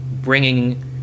bringing